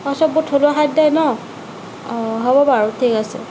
সববোৰ থলুৱা খাদ্যই ন' অ হ'ব বাৰু ঠিক আছে